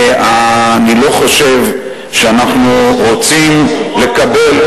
ואני לא חושב שאנחנו רוצים לקבל,